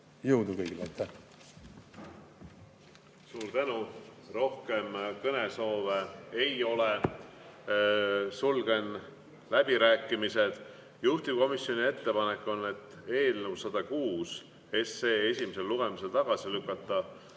Jõudu kõigile! Aitäh! Suur tänu! Rohkem kõnesoove ei ole, sulgen läbirääkimised. Juhtivkomisjoni ettepanek on eelnõu 106 esimesel lugemisel tagasi lükata.